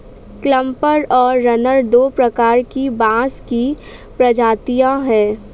clumper और runner दो प्रकार की बाँस की प्रजातियाँ हैं